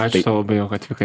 ačiū tau labai jog atvykai